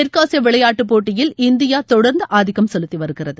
தெற்காசிய விளையாட்டுப் போட்டியில் இந்தியா தொடர்ந்து ஆதிக்கம் செலுத்தி வருகிறது